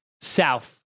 south